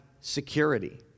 security